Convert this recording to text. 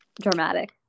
Dramatic